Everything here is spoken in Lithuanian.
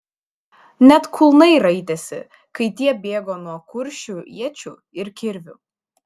net kulnai raitėsi kai tie bėgo nuo kuršių iečių ir kirvių